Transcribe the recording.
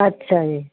ਅੱਛਾ ਜੀ